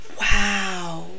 wow